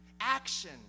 Action